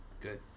good